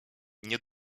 nie